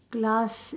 plus